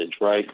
right